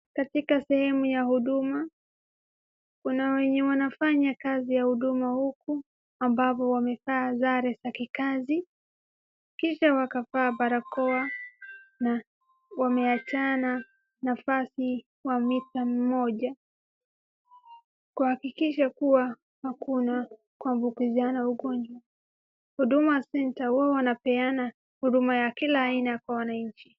Katika sehemu ya huduma, kuna wenye wanafanya kazi ya huduma huku ambavyo wamevaa sare za kikazi, kisha wakavaa barakoa na wameachana nafasi wa mita moja kuhakikisha kuwa hakuna kuambukizana ugonjwa. Huduma Centre wao wanapeana huduma ya kila aina kwa wananchi.